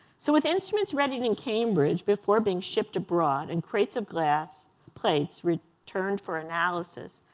so with instruments readied in cambridge before being shipped abroad and crates of glass plates returned for analysis,